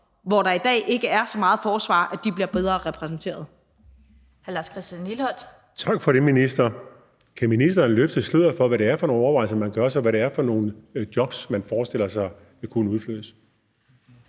hvor der i dag ikke er så meget forsvar, bliver bedre repræsenteret.